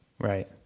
Right